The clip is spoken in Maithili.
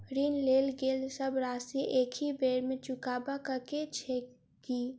ऋण लेल गेल सब राशि एकहि बेर मे चुकाबऽ केँ छै की?